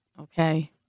Okay